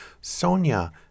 Sonia